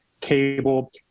cable